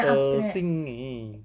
恶心 eh